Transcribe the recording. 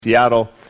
Seattle